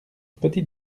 petit